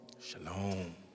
Shalom